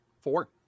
Four